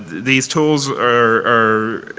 these tools are,